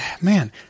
man